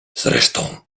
zresztą